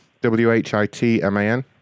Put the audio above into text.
W-H-I-T-M-A-N